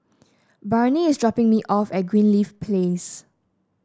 Barnie is dropping me off at Greenleaf Place